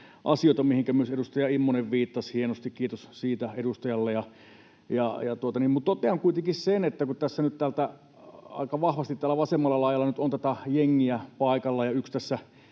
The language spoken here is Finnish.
myös edustaja Immonen viittasi hienosti — kiitos siitä edustajalle. Totean kuitenkin sen, että kun tässä nyt aika vahvasti täällä vasemmalla laidalla on tätä jengiä paikalla